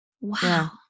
Wow